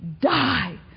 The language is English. die